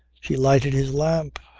she lighted his lamp,